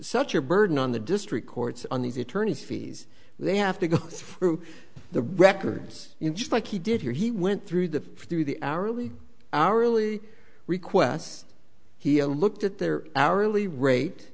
such a burden on the district courts on these attorneys fees they have to go through the records just like he did here he went through the through the hourly hourly requests he looked at their hourly rate